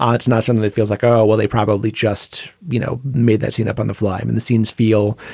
um it's not something that feels like, oh, well, they probably just, you know, made that scene up on the fly. and the scenes feel,